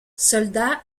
soldat